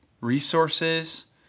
resources